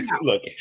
look